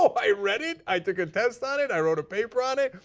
i read it, i did a test on it, i wrote a paper on it,